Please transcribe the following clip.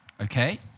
Okay